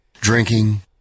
Drinking